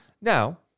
now